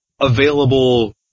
available